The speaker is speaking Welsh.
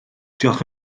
diolch